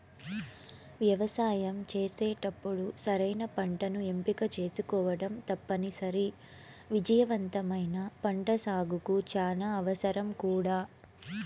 వ్యవసాయం చేసేటప్పుడు సరైన పంటను ఎంపిక చేసుకోవటం తప్పనిసరి, విజయవంతమైన పంటసాగుకు చానా అవసరం కూడా